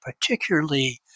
particularly